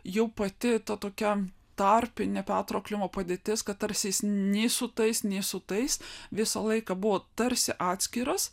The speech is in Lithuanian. jau pati ta tokia tarpinė petro klimo padėtis kad tarsi nei su tais nei su tais visą laiką buvo tarsi atskiras